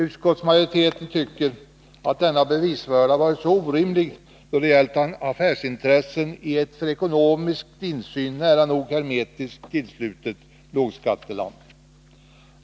Utskottsmajoriteten tycker att denna bevisbörda varit orimlig då det gällt affärsintressen i ett för ekonomisk insyn nära nog hermetiskt tillslutet lågskatteland.